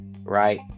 right